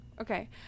okay